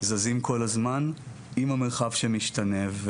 זזים כל הזמן עם המרחב שמשתנה.